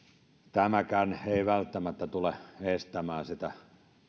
tämäkään ei välttämättä tule estämään sitä